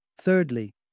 Thirdly